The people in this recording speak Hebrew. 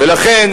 ולכן,